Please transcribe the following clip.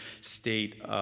state